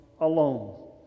alone